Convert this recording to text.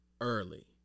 early